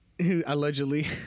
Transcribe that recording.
allegedly